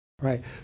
Right